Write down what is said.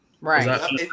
Right